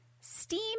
steam